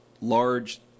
large